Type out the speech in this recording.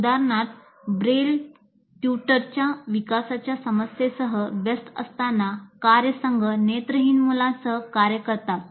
उदाहरण ब्रेल ट्यूटरच्या विकासाच्या समस्येसह व्यस्त असताना कार्यसंघ नेत्रहीन मुलांसह कार्य करतात